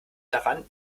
daran